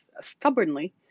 stubbornly